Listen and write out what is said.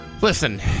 Listen